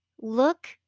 Look